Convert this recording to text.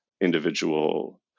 individual